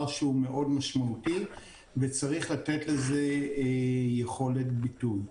שהוא מאוד משמעותי וצריך לתת לזה יכולת ביטוי.